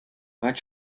მათ